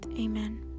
Amen